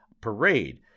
parade